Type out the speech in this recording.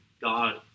god